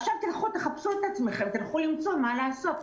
עכשיו תלכו לחפש את עצמכן, תלכו למצוא מה לעשות.